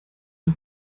der